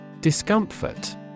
Discomfort